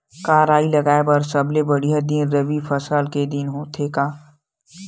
का राई लगाय बर सबले बढ़िया दिन रबी फसल के दिन होथे का?